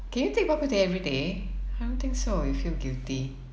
can you take bak kut teh every day I don't think so you'll feel guilty